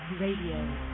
Radio